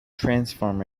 transform